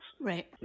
Right